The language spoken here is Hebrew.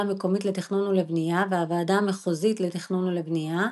המקומית לתכנון ולבנייה והוועדה מחוזית לתכנון ולבנייה,